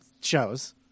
shows